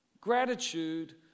Gratitude